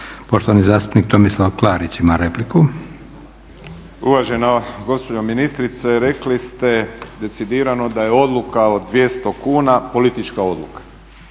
Poštovani zastupnik Tomislav Klarić ima repliku. **Klarić, Tomislav (HDZ)** Uvažena gospođo ministrice, rekli ste decidirano da je odluka o 200 kuna politička odluka.